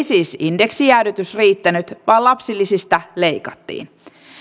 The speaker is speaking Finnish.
siis indeksijäädytys ei riittänyt vaan lapsilisistä leikattiin